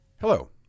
hello